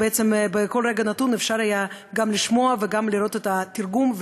בעצם בכל רגע נתון אפשר היה גם לשמוע וגם לראות את התרגום,